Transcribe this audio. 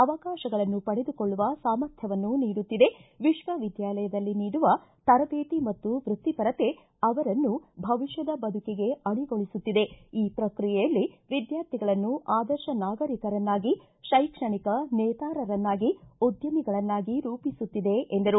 ಅವಕಾಶಗಳನ್ನು ಪಡೆದುಕೊಳ್ಳುವ ಸಾಮರ್ಥ್ವವನ್ನು ನೀಡುತ್ತಿದೆ ವಿಶ್ವವಿದ್ಯಾಲಯದಲ್ಲಿ ನೀಡುವ ತರದೇತಿ ಮತ್ತು ವೃತ್ತಿಪರತೆ ಅವರನ್ನು ಭವಿಷ್ಣದ ಬದುಕಿಗೆ ಅಣಿಗೊಳಿಸುತ್ತಿದೆ ಈ ಪ್ರಕ್ರಿಯೆಯಲ್ಲಿ ವಿದ್ಯಾರ್ಥಿಗಳನ್ನು ಆದರ್ಶ ನಾಗರಿಕರನ್ನಾಗಿ ಶೈಕ್ಷಣಿಕ ನೇತಾರರನ್ನಾಗಿ ಉದ್ದಮಿಗಳನ್ನಾಗಿ ರೂಪಿಸುತ್ತಿದೆ ಎಂದರು